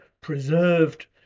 preserved